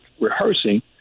rehearsing